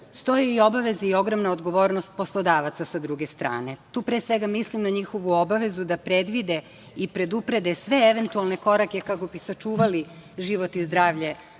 stoji i obaveza i ogromna odgovornost poslodavaca, sa druge strane. Tu pre svega mislim na njihovu obavezu da predvide i preduprede sve eventualne korake kako bi sačuvali život i zdravlje